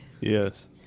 Yes